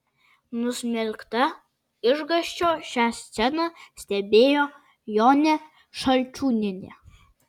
nusmelkta išgąsčio šią sceną stebėjo jonė šalčiūnienė